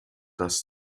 dass